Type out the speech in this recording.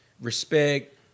respect